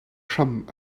hram